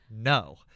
no